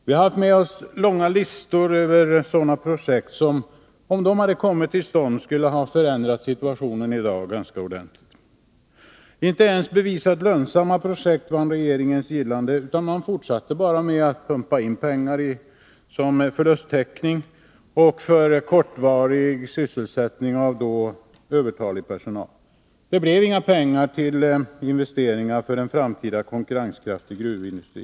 Vi har haft med oss långa listor över sådana projekt som, om de kommit till stånd, skulle ha förändrat dagens situation ganska ordentligt. Inte ens bevisat lönsamma projekt vann regeringens gillande, utan man fortsatte bara med att pumpa in pengar för förlusttäckning och för kortvarig sysselsättning av då övertalig personal. Det blev inga pengar till investeringar för en framtida konkurrenskraftig gruvindustri.